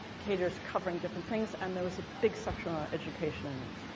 cadres covering different things. and there was a big section on education in it.